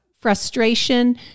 Frustration